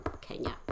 Kenya